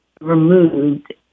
removed